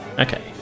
Okay